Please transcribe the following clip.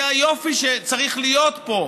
זה היופי שצריך להיות פה.